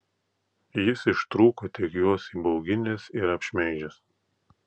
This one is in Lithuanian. jis ištrūko tik juos įbauginęs ir apšmeižęs